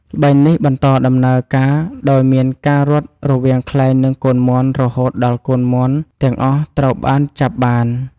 ល្បែងនេះបន្តដំណើរការដោយមានការរត់ រវាងខ្លែង និងកូនមាន់រហូតដល់កូនមាន់ទាំងអស់ត្រូវបានចាប់បាន ។